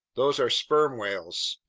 those are sperm whales,